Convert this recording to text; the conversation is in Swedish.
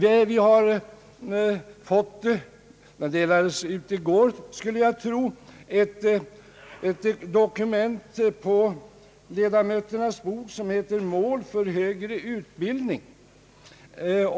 I går delades på ledamöternas bord ett dokument som heter »Mål för högre utbildning».